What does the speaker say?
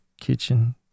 kitchen